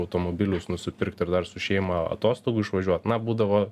automobilius nusipirkti ir dar su šeima atostogų išvažiuot na būdavo